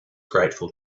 grateful